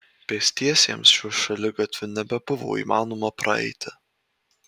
pėstiesiems šiuo šaligatviu nebebuvo įmanoma praeiti